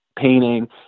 painting